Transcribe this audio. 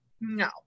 No